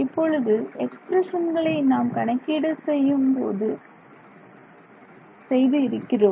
இப்பொழுது எக்ஸ்பிரஷன்களை நாம் கணக்கீடு செய்து இருக்கிறோம்